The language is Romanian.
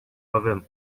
avem